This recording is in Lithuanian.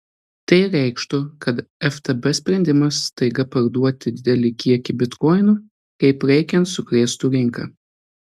tai reikštų kad ftb sprendimas staiga parduoti didelį kiekį bitkoinų kaip reikiant sukrėstų rinką